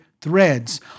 threads